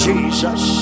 Jesus